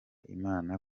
imana